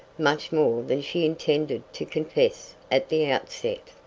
much more than she intended to confess at the outset.